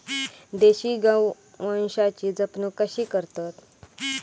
देशी गोवंशाची जपणूक कशी करतत?